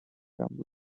rumbling